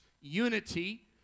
unity